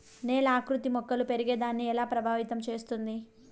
నేల ఆకృతి మొక్కలు పెరిగేదాన్ని ఎలా ప్రభావితం చేస్తుంది?